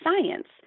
science